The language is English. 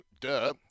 Duh